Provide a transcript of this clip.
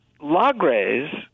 LaGres